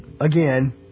again